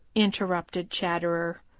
interrupted chatterer.